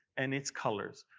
and its colors,